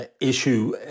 issue